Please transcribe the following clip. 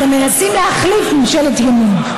אתם מנסים להחליף ממשלת ימין.